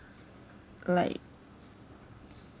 like